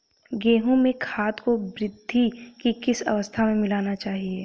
गेहूँ में खाद को वृद्धि की किस अवस्था में मिलाना चाहिए?